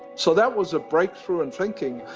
so that was a breakthrough in thinking,